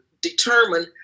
determine